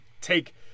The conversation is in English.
take